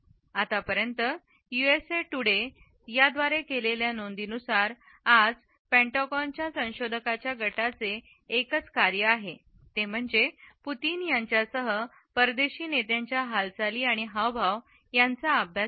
आतापर्यंत USA Today द्वारे केलेल्या नोंदीनुसार आज पेंटागॉनच्या संशोधकांच्या गटाचे एकच कार्य आहे ते म्हणजे पुतीन यांच्यासह परदेशी नेत्यांच्या हालचाली आणि हावभाव यांचा अभ्यास करणे